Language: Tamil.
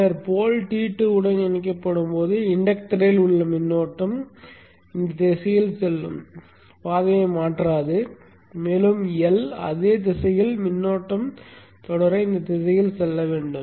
பின்னர் போல் T2 உடன் இணைக்கப்படும் போது இண்டக்டரில் உள்ள மின்னோட்டம் இந்த திசையில் செல்லும் பாதையை மாற்றாது மேலும் L இல் அதே திசையில் மின்னோட்ட ஓட்டம் தொடர இந்த திசையில் செல்ல வேண்டும்